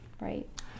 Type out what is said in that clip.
right